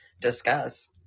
discuss